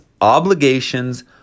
obligations